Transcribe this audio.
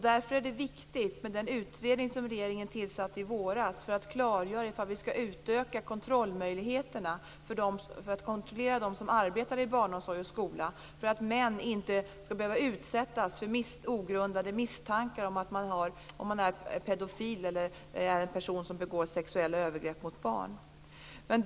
Därför är det viktigt med den utredning regeringen tillsatte i våras för att klargöra om vi skall utöka kontrollmöjligheterna av dem som arbetar inom barnomsorg och skola. Män skall inte behöva utsättas för ogrundade misstankar om att vara pedofiler, dvs. en person som begår sexuella övergrepp mot barn.